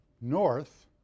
north